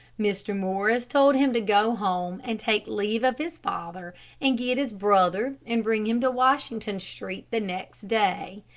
mr. morris told him to go home and take leave of his father and get his brother and bring him to washington street the next day.